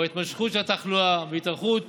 לנוכח ההתמשכות של התחלואה והתארכות